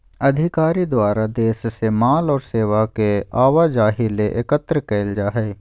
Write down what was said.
अधिकारी द्वारा देश से माल और सेवा के आवाजाही ले एकत्र कइल जा हइ